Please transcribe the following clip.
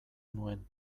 nuen